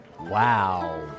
Wow